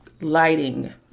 lighting